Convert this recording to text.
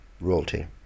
royalty